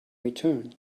return